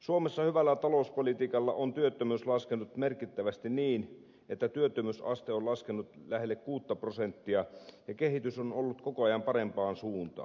suomessa hyvällä talouspolitiikalla on työttömyys laskenut merkittävästi niin että työttömyysaste on laskenut lähelle kuutta prosenttia ja kehitys on ollut koko ajan parempaan suuntaan